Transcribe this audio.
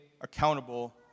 accountable